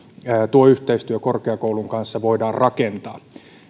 tuo yhteistyö korkeakoulun kanssa voidaan rakentaa